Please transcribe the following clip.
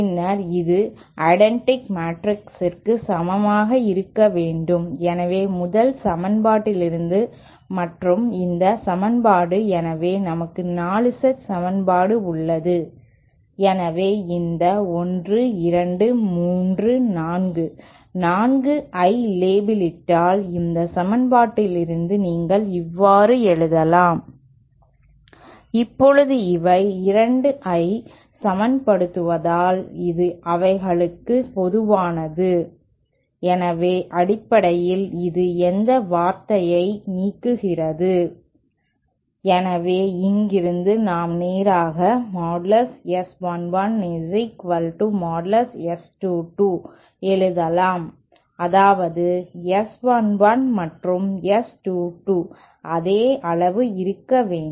பின்னர் இது ஐடென்டிட்டி மேட்ரிக்ஸிற்கு சமமாக இருக்க வேண்டும் எனவே முதல் சமன்பாட்டிலிருந்து மற்றும் இந்த சமன்பாடு எனவே நமக்கு 4 செட் சமன்பாடு உள்ளது எனவே இந்த 1 2 3 4 ஐ லேபிளிட்டால் இந்த சமன்பாட்டிலிருந்து நீங்கள் இவ்வாறு எழுதலாம் இப்போது இவை 2 ஐ சமன்படுத்துவதால் இது அவைகளுக்கு பொதுவானது எனவே அடிப்படையில் இது இந்த வார்த்தையை நீக்குகிறது எனவே இங்கிருந்து நாம் நேராக எழுதலாம் அதாவது S 1 1 மற்றும் S 2 2 அதே அளவு இருக்க வேண்டும்